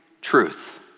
truth